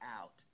out